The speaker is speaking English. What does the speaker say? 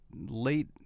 late